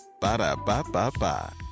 Ba-da-ba-ba-ba